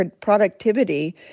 productivity